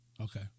Okay